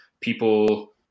people